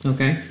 Okay